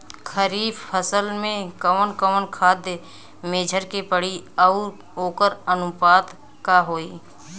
खरीफ फसल में कवन कवन खाद्य मेझर के पड़ी अउर वोकर अनुपात का होई?